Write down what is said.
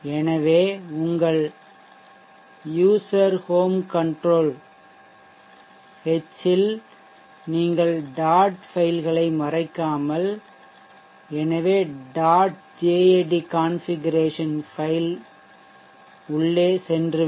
எனவே உங்கள் user home control h இல் நீங்கள் டாட் ஃபைல்களை மறைக்காமல் எனவே டாட் JAD configuration ஃபைல் உள்ளே சென்றுவிடும்